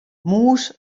mûs